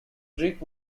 greek